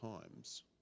times